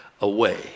away